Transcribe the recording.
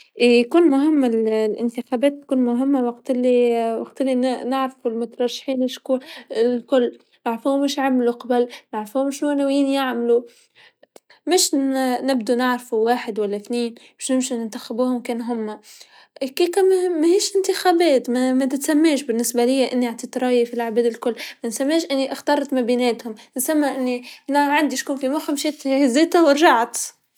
إي يكون مهم الإنتخابات تكون مهمه الانتخابات وقت ليا- وقت لنعرفو المترشحين شكون الكل، نعرفوهم واش عملو من قبل نعرفوهم شو و وين يعملو، مش نبدو نعرفو واحد ولا ثنين بش ننتاخبوهم كان هوما، كيكون مهم مش الإنتخابات ما متتسماس بالنسبه ليا أنا راح تتريف في لعباد الكل، ما تتسماش أني راح أختار في ما بيناتهم، تتسمى عندي شكوكي مخ مشيت هزيتها و رجعت.